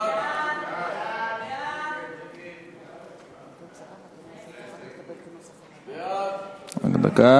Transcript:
ההסתייגות